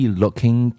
looking